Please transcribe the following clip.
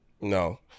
no